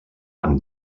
amb